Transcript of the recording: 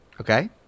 Okay